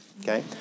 Okay